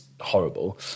horrible